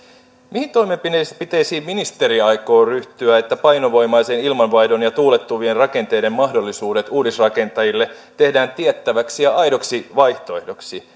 mihin toimenpiteisiin ministeri aikoo ryhtyä että painovoimaisen ilmanvaihdon ja tuulettuvien rakenteiden mahdollisuudet uudisrakentajille tehdään tiettäväksi ja aidoksi vaihtoehdoksi